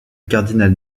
cardinal